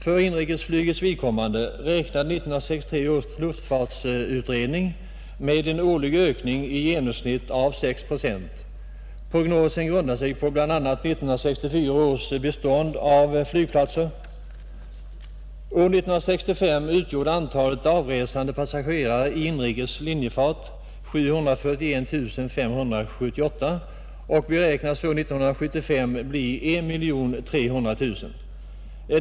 För inrikesflygets vidkommande räknar 1963 års luftfartsutredning med en årlig ökning i genomsnitt av 6 procent. Prognosen grundar sig på bl.a. 1964 års bestånd av flygplatser. År 1965 utgjorde antalet avresande passagerare i inrikeslinjefart 741 578, och antalet beräknas år 1975 bli 1 300 000.